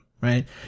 right